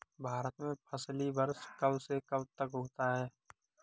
भारत में फसली वर्ष कब से कब तक होता है?